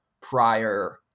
prior